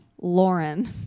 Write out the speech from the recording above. Lauren